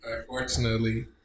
Unfortunately